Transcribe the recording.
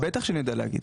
בטח שאני יודע להגיד.